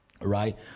right